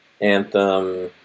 Anthem